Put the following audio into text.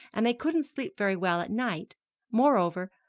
and they couldn't sleep very well at night moreover,